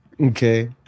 okay